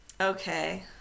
okay